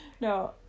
No